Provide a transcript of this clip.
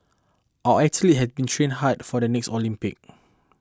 our athletes have been training hard for the next Olympic